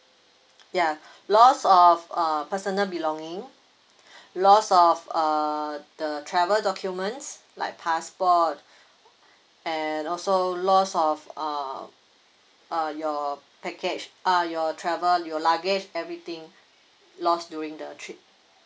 ya loss of uh personal belonging loss of uh the travel documents like passport and also loss of uh uh your package uh your travel your luggage everything loss during the trip